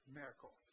miracle